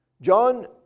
John